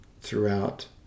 throughout